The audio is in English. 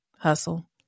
Hustle